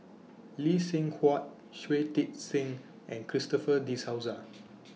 Lee Seng Huat Shui Tit Sing and Christopher De Souza